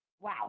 Wow